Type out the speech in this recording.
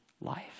life